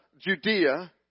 Judea